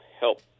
help